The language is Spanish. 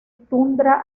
tundra